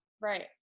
Right